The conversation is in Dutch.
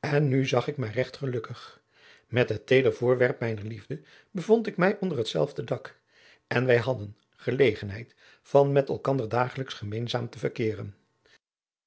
en nu zag ik mij regt gelukkig met het teeder voorwerp mijner liefde adriaan loosjes pzn het leven van maurits lijnslager bevond ik mij onder hetzelfde dak en wij hadden gelegenheid van met elkander dagelijks gemeenzaam te verkeeren